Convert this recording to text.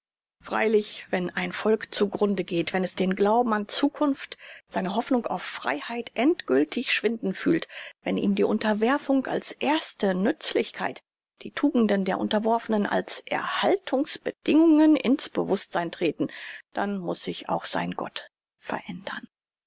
freilich wenn ein volk zu grunde geht wenn es den glauben an zukunft seine hoffnung auf freiheit endgültig schwinden fühlt wenn ihm die unterwerfung als erste nützlichkeit die tugenden der unterworfenen als erhaltungsbedingungen in's bewußtsein treten dann muß sich auch sein gott verändern